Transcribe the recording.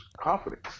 confidence